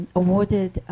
awarded